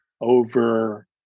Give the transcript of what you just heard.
over